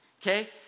okay